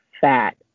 fat